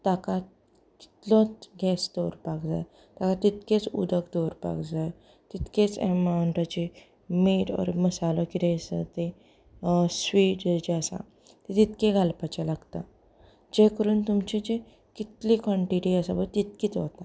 ताका कितलो गॅस दवरपाक जाय तितलेंच उदक दवरपाक जाय तितलेंच अमावंटाचें मिठ ओर मसालो कितें आसा तें स्विट जें जें आसा ताजें इतलें घालपाचें लागता जें करून तुमची जी कितली कॉनटिटी आसा पळय तितलीच वता